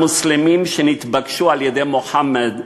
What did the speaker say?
המוסלמים נתבקשו על-ידי מוחמד בשעתו,